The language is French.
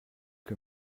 que